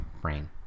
brain